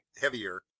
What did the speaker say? heavier